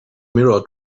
mirror